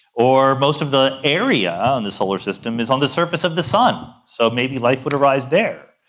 or most of the area on the solar system is on the surface of the sun, so maybe life would arise there.